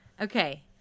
okay